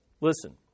Listen